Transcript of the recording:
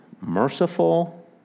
merciful